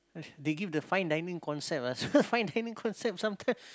they give the fine dining concept ah fine dining concept sometimes